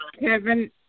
Kevin